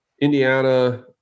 Indiana